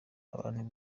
abantu